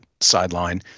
sideline